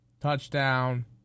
touchdown